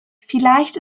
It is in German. vielleicht